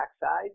backside